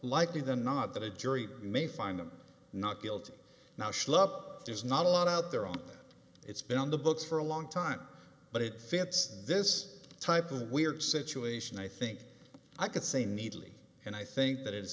likely than not that a jury may find him not guilty now schlepp there's not a lot out there on that it's been on the books for a long time but it fits this type of weird situation i think i could say neatly and i think that is